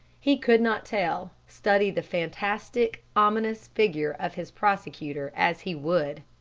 he could not tell, study the fantastic, ominous figure of his prosecutor as he would!